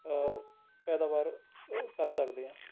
ਪੈਦਾਵਾਰ ਕਰ ਸਕਦੇ ਹਾਂ